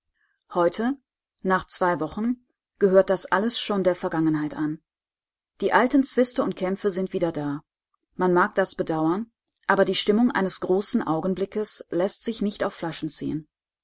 heute nach zwei wochen gehört das alles schon der vergangenheit an die alten zwiste und kämpfe sind wieder da man mag das bedauern aber die stimmung eines großen augenblickes läßt sich nicht auf flaschen ziehen